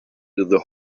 the